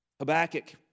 Habakkuk